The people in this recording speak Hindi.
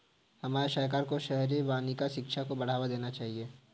हमारे सरकार को शहरी वानिकी शिक्षा को बढ़ावा देना चाहिए